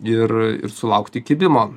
ir ir sulaukti kibimo